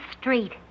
street